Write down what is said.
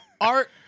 art